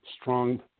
strong